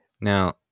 Now